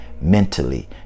mentally